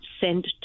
sent